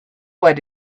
what